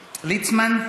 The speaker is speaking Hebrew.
ליצמן.